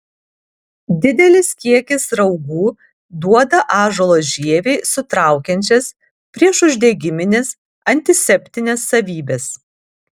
didelis kiekis raugų duoda ąžuolo žievei sutraukiančias priešuždegimines antiseptines savybes